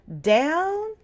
down